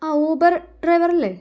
ആ ഊബർ ഡ്രൈവറല്ലേ